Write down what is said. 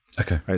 Okay